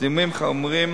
זיהומים חמורים